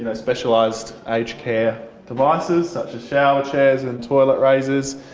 and specialised aged care devices such as shower chairs and toilet raisers,